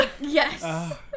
Yes